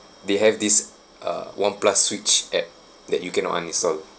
they have this uh oneplus switch at that you cannot uninstall